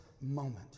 moment